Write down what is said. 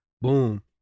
boom